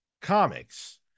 Comics